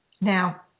Now